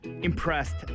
impressed